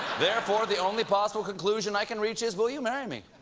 therefore, the only possible conclusion i can reach is will you marry me?